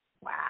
Wow